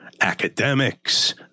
academics